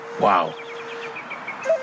Wow